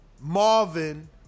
marvin